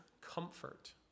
comfort